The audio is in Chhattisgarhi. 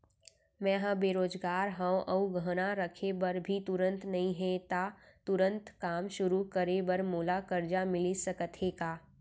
मैं ह बेरोजगार हव अऊ गहना रखे बर भी तुरंत नई हे ता तुरंत काम शुरू करे बर मोला करजा मिलिस सकत हे का?